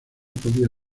podía